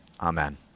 Amen